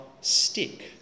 stick